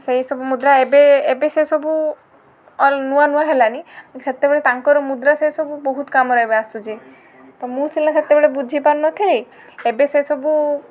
ସେଇସବୁ ମୁଦ୍ରା ଏବେ ଏବେ ସେ ସବୁ ଅଲ୍ ନୂଆ ନୂଆ ହେଲାଣି ସେତେବେଳେ ତାଙ୍କର ମୁଦ୍ରା ସେସବୁ ବହୁତ କାମରେ ଏବେ ଆସୁଛି ତ ମୁଁ ସିନା ସେତେବେଳେ ବୁଝିପାରୁନଥିଲି ଏବେ ସେସବୁ